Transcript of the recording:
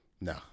No